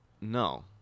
No